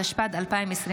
התשפ"ד 2024. תודה.